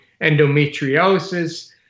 endometriosis